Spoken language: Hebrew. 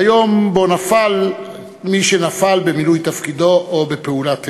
ביום שבו נפל מי שנפל במילוי תפקידו או בפעולת טרור.